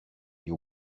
you